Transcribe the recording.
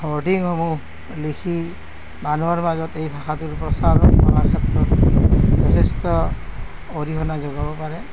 হৰ্দিঙসমূহ লিখি মানুহৰ মাজত এই ভাষাটোৰ প্ৰচাৰ কৰাৰ ক্ষেত্ৰত যথেষ্ট অৰিহণা যোগাব পাৰে